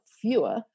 fewer